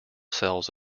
cells